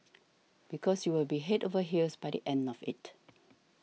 because you will be head over heels by the end of it